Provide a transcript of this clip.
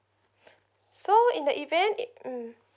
so in the event it mm